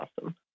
awesome